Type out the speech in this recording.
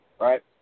right